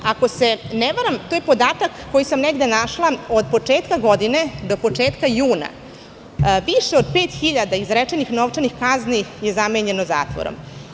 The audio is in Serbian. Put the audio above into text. Ako se ne varam, to je podatak koji sam negde našla, od početka godine do početka juna više od 5.000 izrečenih novčanih kazni je zamenjeno zatvorom.